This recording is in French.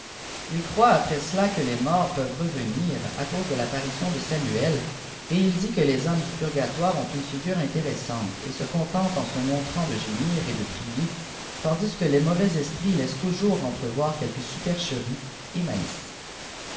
il croit après cda que les morts peuvent revenir à cause de l'apparition de samuel et il dit que les âmes du purgatoire ont une figure intéressante et se contentent en se montrant de gémir et de prier tandis que le mauvais esprits laissent toujours enbrevoir quelque supercherie et malice